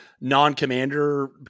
non-commander